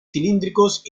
cilíndricos